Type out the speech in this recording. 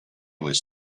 was